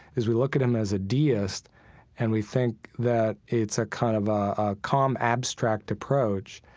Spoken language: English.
is we look at him as a deist and we think that it's a kind of a calm abstract approach.